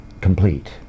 complete